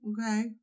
Okay